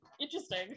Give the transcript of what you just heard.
interesting